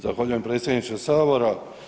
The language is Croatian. Zahvaljujem predsjedniče Sabora.